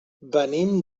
venim